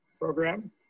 program